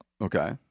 Okay